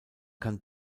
kann